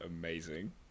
amazing